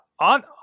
on